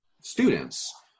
students